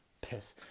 piss